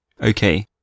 Okay